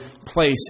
place